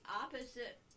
opposite